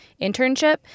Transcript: internship